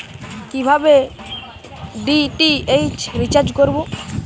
কিভাবে DTH recharge করব?